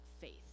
faith